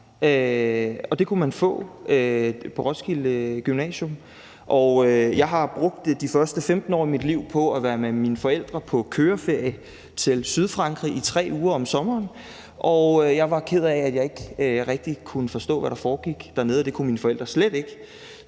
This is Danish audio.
det kunne man få på Roskilde Gymnasium. Jeg har brugt de første 15 år af mit liv på at være med mine forældre på køreferie til Sydfrankrig i 3 uger om sommeren, og jeg var ked af, at jeg ikke rigtig kunne forstå, hvad der foregik dernede – og mine forældre kunne slet ikke.